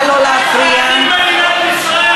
מיקי,